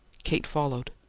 kate followed.